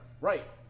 Right